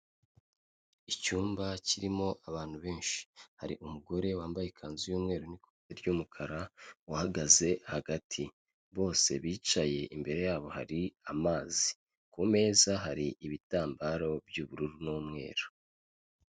Icyumba kirimo abantu benshi hari umugore wambaye ikanzu y'umweru n'ikote ry'umukara uhagaze hagati, bose bicaye imbere yabo hari amazi, ku meza hari ibitambaro by'ubururu n'umweru.